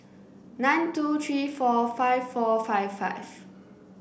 nine two three four five four five five